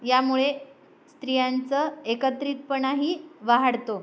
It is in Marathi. यामुळे स्त्रियांचं एकत्रितपणाही वाढतो